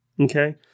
Okay